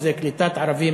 וזה קליטת ערבים